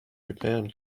japan